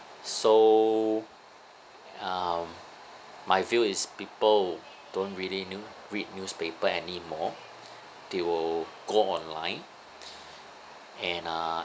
so um my view is people don't really new~ read newspaper anymore they will go online and uh